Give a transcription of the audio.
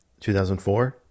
2004